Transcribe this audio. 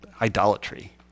idolatry